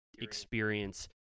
experience